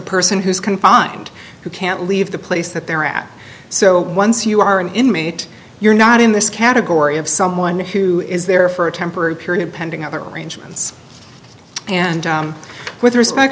person who's confined who can't leave the place that they're at so once you are an inmate you're not in this category of someone who is there for a temporary period pending other arrangements and with respect